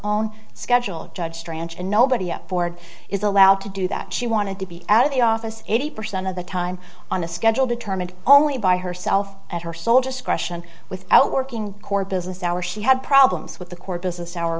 own schedule judged ranch and nobody at ford is allowed to do that she wanted to be out of the office eighty percent of the time on a schedule determined only by herself at her sole discretion without working core business hours she had problems with the court business our